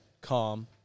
calm